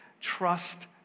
trust